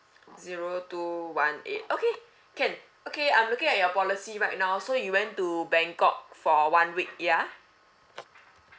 zero two one eight okay can okay I'm looking at your policy right now so you went to bangkok for one week ya